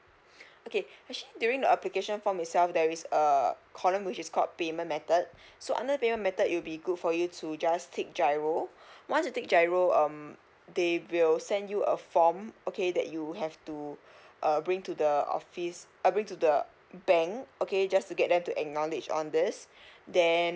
okay actually during the application form itself there is a column which is called payment method so under payment method it will be good for you to just tick giro once you take giro um they will send you a form okay that you have to uh bring to the office uh bring to the bank okay just to get them to acknowledge on this then